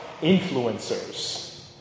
influencers